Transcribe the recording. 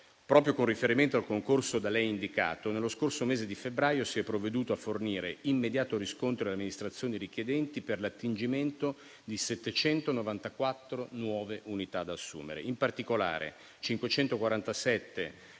proprio con riferimento al concorso da lei indicato, nello scorso mese di febbraio si è provveduto a fornire immediato riscontro alle amministrazioni richiedenti per l'attingimento di 794 nuove unità da assumere. In particolare,